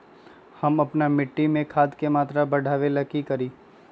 हम अपना मिट्टी में खाद के मात्रा बढ़ा वे ला का करी?